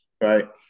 right